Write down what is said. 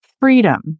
freedom